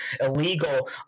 illegal